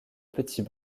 petit